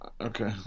Okay